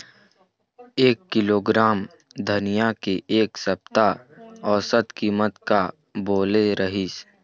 एक किलोग्राम धनिया के एक सप्ता औसत कीमत का बोले रीहिस?